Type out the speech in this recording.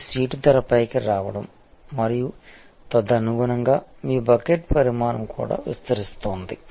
మీరు సీటు ధరపైకి రావడం మరియు తదనుగుణంగా మీ బకెట్ పరిమాణం కూడా విస్తరిస్తోంది